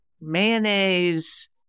mayonnaise